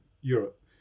Europe